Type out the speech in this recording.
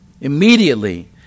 Immediately